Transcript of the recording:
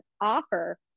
offer